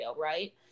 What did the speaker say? right